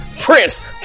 Prince